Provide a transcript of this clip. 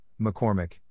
McCormick